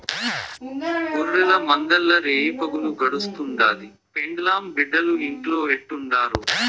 గొర్రెల మందల్ల రేయిపగులు గడుస్తుండాది, పెండ్లాం బిడ్డలు ఇంట్లో ఎట్టుండారో